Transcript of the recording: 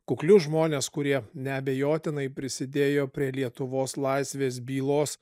kuklius žmones kurie neabejotinai prisidėjo prie lietuvos laisvės bylos